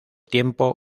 tiempo